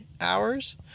hours